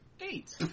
Eight